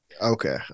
Okay